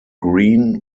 green